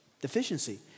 deficiency